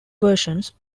versions